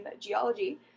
geology